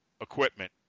equipment